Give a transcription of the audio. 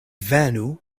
venu